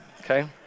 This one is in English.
okay